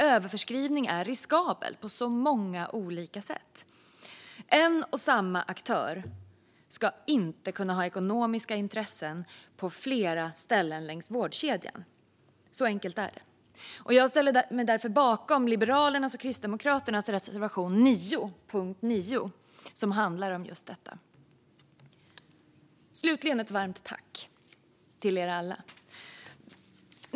Överförskrivning är riskabelt på så många olika sätt. En och samma aktör ska inte kunna ha ekonomiska intressen på flera ställen längs vårdkedjan. Så enkelt är det. Jag ställer mig därför bakom, det vill säga yrkar bifall till, Liberalernas och Kristdemokraternas reservation 9 under punkt 9, som handlar om dessa frågor. Slutligen vill jag framföra ett varmt tack till er alla.